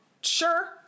sure